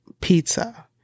pizza